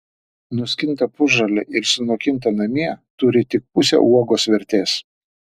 nuskinta pusžalė ir sunokinta namie turi tik pusę uogos vertės